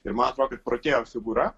ir man atrodo kad protėjo figūra